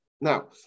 Now